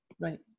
Right